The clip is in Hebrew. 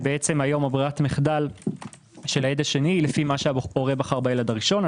כיום ברירת המחדל של הילד השני היא לפי מה שקורה בילד הראשון.